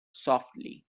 softly